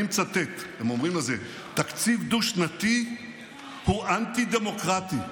אני מצטט: תקציב דו-שנתי הוא אנטי-דמוקרטי,